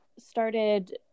started